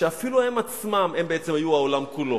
שאפילו הם עצמם, הם היו בעצם העולם כולו.